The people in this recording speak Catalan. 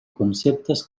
conceptes